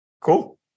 Cool